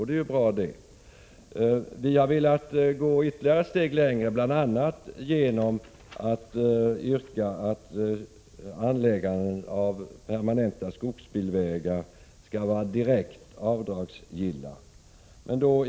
Det är bra, men vi moderater har velat gå ett steg längre, bl.a. genom att yrka att anläggandet av permanenta skogsbilvägar skall vara direkt avdragsgillt.